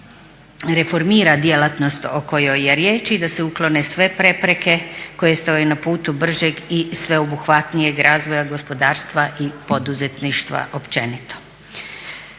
se reformira djelatnost o kojoj je riječ i da se uklone sve prepreke koje stoje na putu bržeg i sveobuhvatnijeg razvoja gospodarstva i poduzetništva općenito.